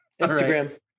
Instagram